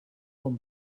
com